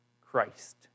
Christ